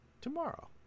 tomorrow